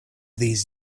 these